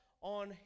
on